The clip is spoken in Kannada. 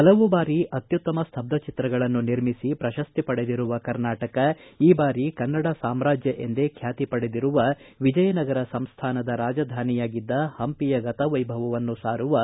ಹಲವು ಬಾರಿ ಅತ್ಯುತ್ತಮ ಸ್ತಬ್ಬಚಿತ್ರಗಳನ್ನು ನಿರ್ಮಿಸಿ ಪ್ರಶಸ್ತಿ ಪಡೆದಿರುವ ಕರ್ನಾಟಕ ಈ ಬಾರಿ ಕನ್ನಡ ಸಾಮ್ರಾಜ್ಯ ಎಂದೇ ಖ್ಯಾತಿ ಪಡೆದಿರುವ ವಿಜಯನಗರ ಸಂಸ್ಥಾನದ ರಾಜಧಾನಿಯಾಗಿದ್ದ ಪಂಪಿಯ ಗತವೈಭವವನ್ನು ಸಾರುವ ಸ್ತಭ್ವಚಿತ್ರ ನಿರ್ಮಿಸಿತ್ತು